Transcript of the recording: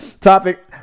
topic